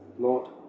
Lord